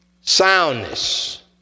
Soundness